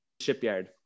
shipyard